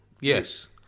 yes